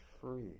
free